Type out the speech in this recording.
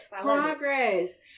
progress